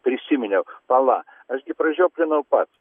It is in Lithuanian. prisiminiau pala aš gi pražioplinau pats